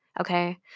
Okay